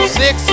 six